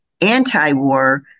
anti-war